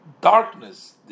darkness